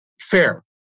fair